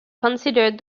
considered